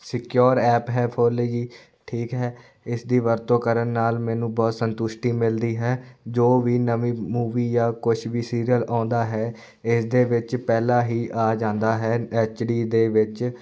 secure app ਹੈ full ਜੀ ਠੀਕ ਹੈ ਇਸ ਦੀ ਵਰਤੋਂ ਕਰਨ ਨਾਲ ਮੈਨੂੰ ਬਹੁਤ ਸੰਤੁਸ਼ਟੀ ਮਿਲਦੀ ਹੈ ਜੋ ਵੀ ਨਵੀਂ ਮੂਵੀ ਜਾਂ ਕੁਛ ਵੀ ਸੀਰੀਅਲ ਆਉਂਦਾ ਹੈ ਇਸਦੇ ਵਿੱਚ ਪਹਿਲਾ ਹੀ ਆ ਜਾਂਦਾ ਹੈ ਐਚ ਡੀ ਦੇ ਵਿੱਚ